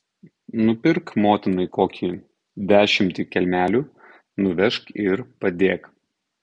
nupirk motinai kokį dešimtį kelmelių nuvežk ir padėk